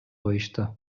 коюшту